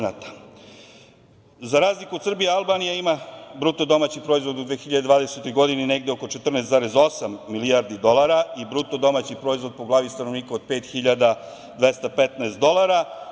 Za razliku od Srbije, Albanija ima bruto domaći proizvod u 2020. godini, negde oko 14,8 milijardi dolara i bruto domaći proizvod po glavi stanovnika od 5.215 dolara.